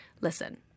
listen